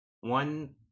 One